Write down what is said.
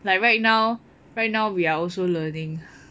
like right now right now we are also learning